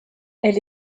elle